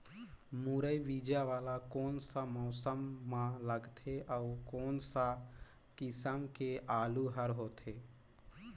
मुरई बीजा वाला कोन सा मौसम म लगथे अउ कोन सा किसम के आलू हर होथे?